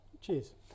Cheers